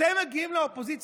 אתם מגיעים לאופוזיציה,